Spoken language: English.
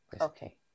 Okay